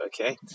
Okay